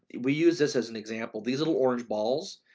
we use this as an example, these little orange balls,